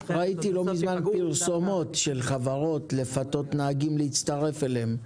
ראיתי לא מזמן פרסומות של חברות כדי לפתות נהגים להצטרף אליהן.